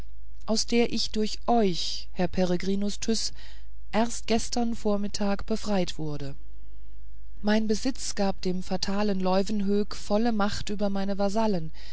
aus der ich durch euch herr peregrinus tyß erst gestern vormittags befreit wurde mein besitz gab dem fatalen leuwenhoek volle macht über meine vasallen